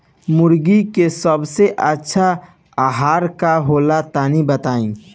मुर्गी के सबसे अच्छा आहार का होला तनी बताई?